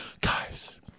Guys